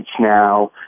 now